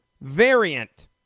variant